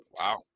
Wow